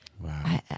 Wow